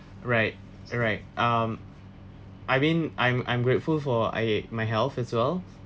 right alright um I mean I'm I'm grateful for I my health as well